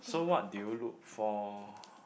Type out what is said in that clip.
so what do you look for